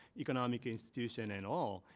economic institution, and all.